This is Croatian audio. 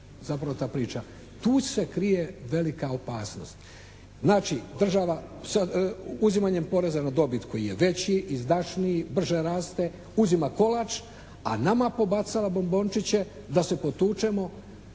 zapravo ta priča. Tu se krije velika opasnost. Znači, država sa uzimanjem poreza na dobit koji je veći, izdašniji, brže raste uzima kolač a nama pobacava bombončiće da se potučemo